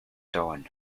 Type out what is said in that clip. dawn